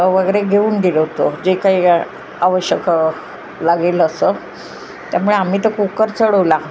वगैरे घेऊन गेलो होतो जे काही आवश्यक लागेल असं त्यामुळे आम्ही तर कुकर चढवला